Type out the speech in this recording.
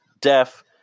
deaf